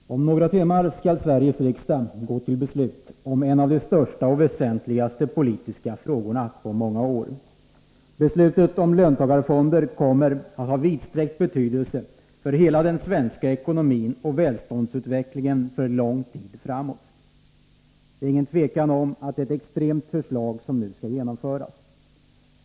Herr talman! Om några timmar skall Sveriges riksdag gå till beslut om en av de största och väsentligaste politiska frågorna på många år. Beslutet om löntagarfonder kommer att ha vidsträckt betydelse för hela den svenska ekonomin och välståndsutvecklingen för lång tid framåt. Det är inget tvivel om att det är ett extremt socialistiskt förslag som nu skall genomföras.